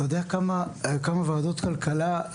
אתה יודע כמה ועדות כלכלה,